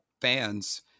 fans